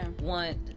want